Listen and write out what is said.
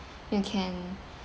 you can